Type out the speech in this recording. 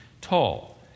tall